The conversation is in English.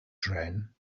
train